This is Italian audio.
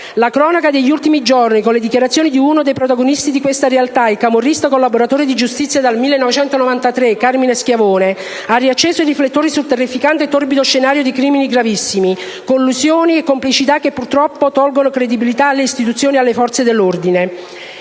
La cronaca degli ultimi giorni, con le dichiarazioni di uno dei protagonisti di questa realtà (il camorrista "collaboratore di giustizia" dal 1993 Carmine Schiavone), ha riacceso i riflettori sul terrificante e torbido scenario di crimini gravissimi, collusioni e complicità, che purtroppo tolgono credibilità alle istituzioni e alle forze dell'ordine.